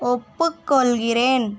ஒப்புக்கொள்கிறேன்